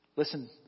Listen